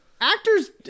actors